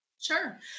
Sure